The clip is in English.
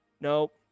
Nope